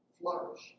flourish